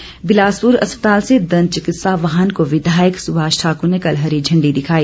चिकित्सा वाहन बिलासपुर अस्पताल से दंत चिकित्सा वाहन को विधायक सुभाष ठाक्र ने कल हरी झंडी दिखाई